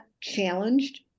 challenged